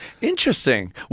Interesting